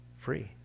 free